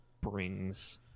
brings